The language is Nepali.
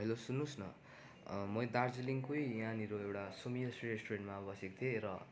हेलो सुन्नुहोस् न म दार्जिलिङकै यहाँनिर एउटा सुमियोस रेस्टुरेन्टमा बसेको थिएँ र